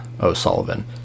O'Sullivan